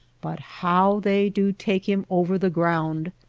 but how they do take him over the ground!